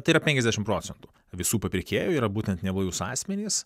tai yra penkiasdešimt procentų visų papirkėjų yra būtent neblaivūs asmenys